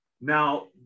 Now